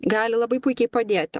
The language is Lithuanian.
gali labai puikiai padėti